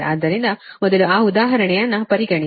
ಆದ್ದರಿಂದ ಮೊದಲು ಆ ಉದಾಹರಣೆಯನ್ನು ಪರಿಗಣಿಸಿ